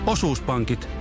Osuuspankit